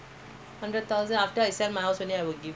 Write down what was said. ya what he will ask you